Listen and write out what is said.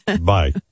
Bye